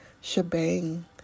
shebang